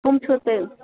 کٕم چھِو تۄہہِ